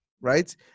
right